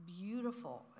beautiful